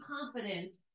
confidence